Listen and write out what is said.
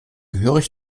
gehörig